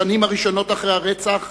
בשנים הראשונות אחרי הרצח